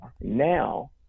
now